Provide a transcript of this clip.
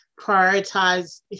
prioritize